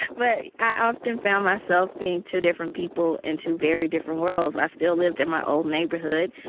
but i often found myself being two different people in two very different worlds. i still lived in my old neighborhood.